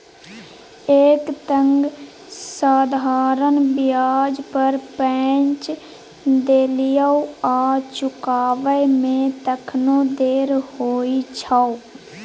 एक तँ साधारण ब्याज पर पैंच देलियौ आ चुकाबै मे तखनो देर होइ छौ